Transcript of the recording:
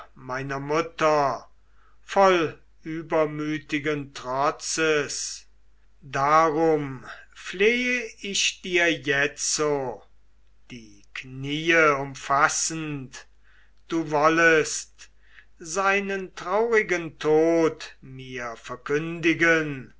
meiner mutter voll übermütigen trotzes darum flehe ich dir jetzo die knie umfassend du wollest seinen traurigen tod mir verkündigen